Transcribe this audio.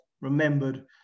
remembered